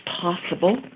possible